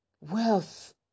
Wealth